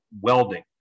welding